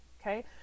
Okay